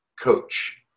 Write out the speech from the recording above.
coach